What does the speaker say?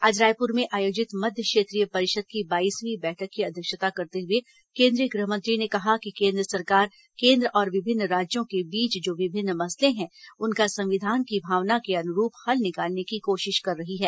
आज रायपुर में आयोजित मध्य क्षेत्रीय परिषद की बाईसवीं बैठक की अध्यक्षता करते हुए केंद्रीय गृह मंत्री ने कहा कि केन्द्र सरकार केन्द्र और विभिन्न राज्यों के बीच जो विभिन्न मसले हैं उनका संविधान की भावना के अनुरूप हल निकालने की कोशिश कर रही है